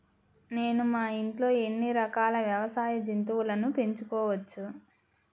నేను మా ఇంట్లో ఎన్ని రకాల వ్యవసాయ జంతువులను పెంచుకోవచ్చు?